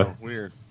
Weird